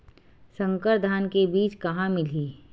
संकर धान के बीज कहां मिलही?